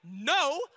no